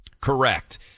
Correct